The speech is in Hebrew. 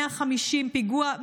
פיגוע,